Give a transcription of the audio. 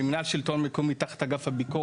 במינהל שלטון מקומי, תחת אגף הביקורת,